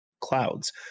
Clouds